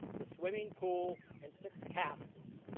the swimming pool, and six cabins.